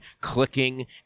clicking